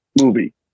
movie